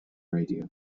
radio